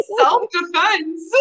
Self-defense